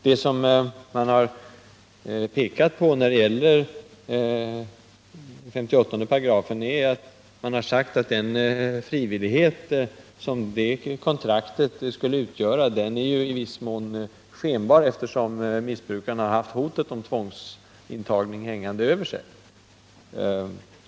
Det man har pekat på när det gäller 58 § är att den frivillighet som kontraktet skulle innebära i viss mån är skenbar, eftersom missbrukaren har haft hotet om tvångsintagning hängande över sig.